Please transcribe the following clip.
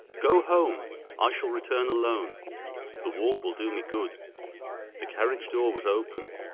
go home i shall return alone the walk will do me good the carriage door was open.